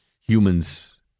humans